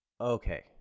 Okay